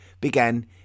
began